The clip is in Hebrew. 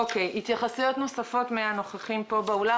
התייחסויות נוספות מהנוכחים פה באולם?